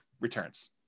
returns